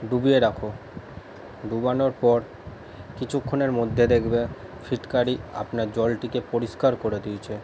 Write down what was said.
ডুবিয়ে রাখো ডোবানোর পর কিছুক্ষণের মধ্যে দেখবে ফিটকারি আপনার জলটিকে পরিষ্কার করে দিয়েছে